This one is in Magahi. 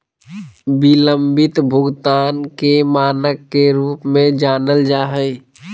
बिलम्बित भुगतान के मानक के रूप में जानल जा हइ